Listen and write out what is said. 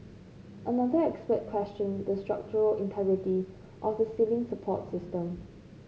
another expert questioned the structural integrity of the ceiling support system